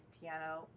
piano